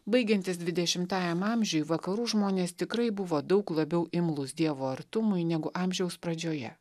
baigiantis dvidešimtajam amžiui vakarų žmonės tikrai buvo daug labiau imlūs dievo artumui negu amžiaus pradžioje